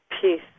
peace